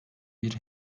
bir